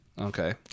Okay